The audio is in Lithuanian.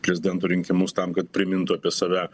prezidento rinkimus tam kad primintų apie save